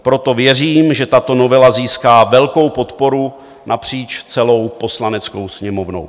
Proto věřím, že tato novela získá velkou podporu napříč celou Poslaneckou sněmovnou.